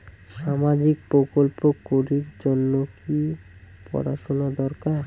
সামাজিক প্রকল্প করির জন্যে কি পড়াশুনা দরকার?